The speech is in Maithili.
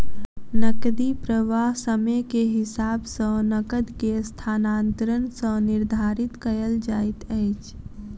नकदी प्रवाह समय के हिसाब सॅ नकद के स्थानांतरण सॅ निर्धारित कयल जाइत अछि